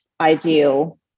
ideal